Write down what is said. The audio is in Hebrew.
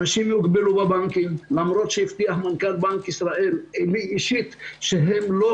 אנשים יוגבלו למרות שלי הבטיח מנכ"ל בנק ישראל לי אישית שהם לא